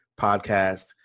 podcast